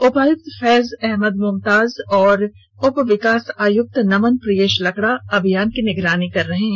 उपायुक्त फैज अहमद मुमताज और उपविकास आयुक्त नमन प्रियेश लकड़ा अभियान की निगरानी कर रहे हैं